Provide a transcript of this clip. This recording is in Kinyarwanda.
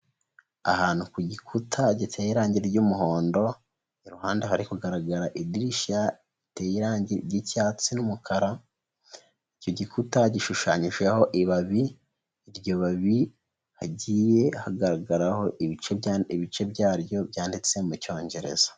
Ahantu ku gikuta giteye irangi ry'umuhondo, iruhande hari kugaragara idirishya, riteye irangi ry'icyatsi n'umukara, icyo gikuta gishushanyijeho ibabi, iryo babi hagiye hagaragaraho ibice byaryo, byanditse mu Cyongereza.